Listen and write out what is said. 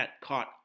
caught